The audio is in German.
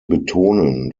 betonen